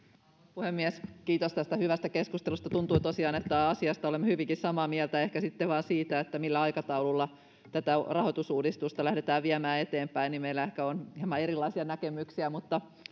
puhemies kiitos tästä hyvästä keskustelusta tuntuu tosiaan että asiasta olemme hyvinkin samaa mieltä ehkä sitten vain siitä millä aikataululla tätä rahoitusuudistusta lähdetään viemään eteenpäin meillä on hieman erilaisia näkemyksiä mutta